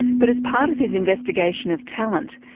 but as part of his investigation of talent,